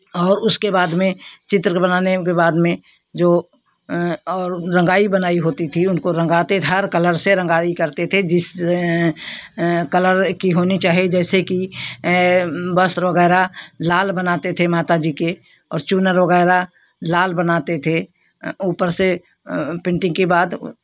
और उसके बाद में चित्र बनाने के बाद में जो और रंगाई बनाई होती थी उनको बनाते हर कलर से रंगाई करते थे जिस कलर की होनी चाहिये जैसे कि वस्त्र वगैरह लाल बनाते थे माता जी के और चूनर वगैरह लाल बनाते थे और ऊपर से पेंटिंग के बाद